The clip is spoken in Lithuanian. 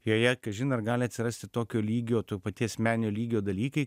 joje kažin ar gali atsirasti tokio lygio to paties meninio lygio dalykai